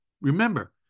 Remember